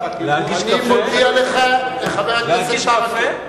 התערבת, חבר הכנסת ברכה, אני מודיע לך, להגיש קפה.